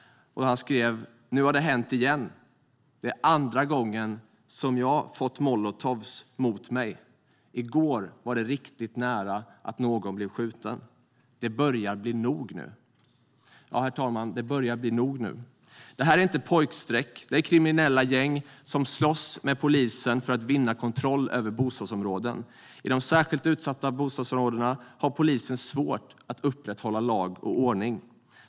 Han skrev: Nu har det hänt igen. Det är andra gången som jag fått molotovs mot mig. I går var det riktigt nära att någon blev skjuten. Det börjar bli nog nu. Ja, herr talman, det börjar bli nog nu. Det här är inte pojkstreck. Det är kriminella gäng som slåss med polisen för att vinna kontroll över bostadsområden. I de särskilt utsatta bostadsområdena har polisen svårt att upprätthålla lag och ordning.